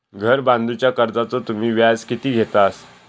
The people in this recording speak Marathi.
घर बांधूच्या कर्जाचो तुम्ही व्याज किती घेतास?